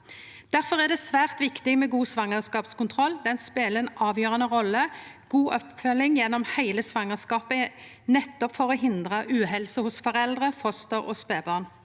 Difor er det svært viktig med god svangerskapskontroll. Den speler ei avgjerande rolle. God oppfølging gjennom heile svangerskapet er nettopp for å hindre uhelse hos foreldre, foster og spedbarn.